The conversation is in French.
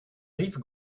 rive